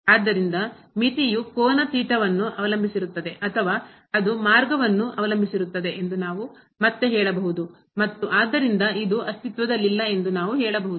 ಆದ್ದರಿಂದ ಮಿತಿಯು ಕೋನ ಥೀಟಾವನ್ನು ಅವಲಂಬಿಸಿರುತ್ತದೆ ಅಥವಾ ಅದು ಮಾರ್ಗವನ್ನು ಅವಲಂಬಿಸಿರುತ್ತದೆ ಎಂದು ನಾವು ಮತ್ತೆ ಹೇಳಬಹುದು ಮತ್ತು ಆದ್ದರಿಂದ ಇದು ಅಸ್ತಿತ್ವದಲ್ಲಿಲ್ಲ ಎಂದು ನಾವು ಹೇಳಬಹುದು